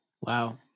wow